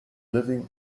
living